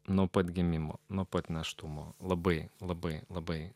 nuo pat gimimo nuo pat nėštumo labai labai labai